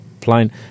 plane